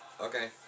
okay